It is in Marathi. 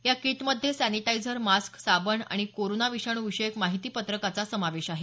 या कीटमध्ये सॅनिटायझर मास्क साबण आणि कोरोना विषाणू विषयक माहितीपत्रकाचा समावेश आहे